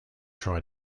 try